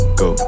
go